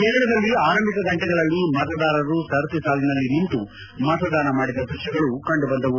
ಕೇರಳದಲ್ಲಿ ಆರಂಭಿಕ ಗಂಟೆಗಳಲ್ಲಿ ಮತದಾರರು ಸರದಿ ಸಾಲಿನಲ್ಲಿ ನಿಂತು ಮತದಾನ ಮಾಡಿದ ದೃಷ್ಣಗಳು ಕಂಡುಬಂದವು